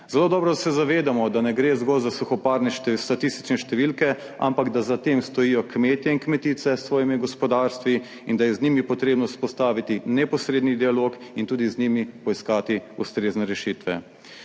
Zelo dobro se zavedamo, da ne gre zgolj za suhoparne statistične številke, ampak da za tem stojijo kmetje in kmetice s svojimi gospodarstvi, in da je z njimi potrebno vzpostaviti neposredni dialog in tudi z njimi poiskati ustrezne rešitve.